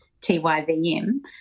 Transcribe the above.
T-Y-V-M